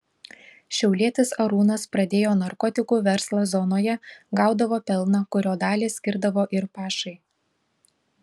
šiaulietis arūnas pradėjo narkotikų verslą zonoje gaudavo pelną kurio dalį skirdavo ir pašai